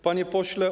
Panie Pośle!